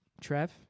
Trev